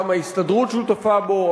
גם ההסתדרות שותפה בו,